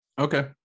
Okay